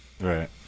right